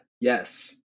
yes